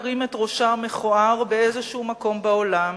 תרים את ראשה המכוער באיזה מקום בעולם,